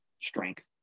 strength